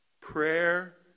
Prayer